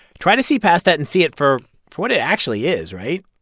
try to see past that and see it for for what it actually is, right?